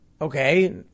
okay